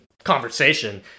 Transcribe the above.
conversation